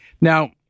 Now